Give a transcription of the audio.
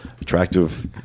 attractive